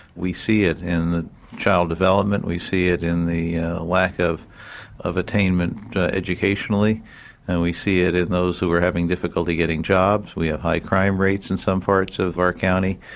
we see it in child development, we see it in the lack of of attainment educationally and we see it in those who are having difficulty getting jobs. we have high crime rates in some parts of our county.